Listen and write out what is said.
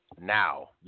Now